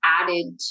added